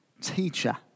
Teacher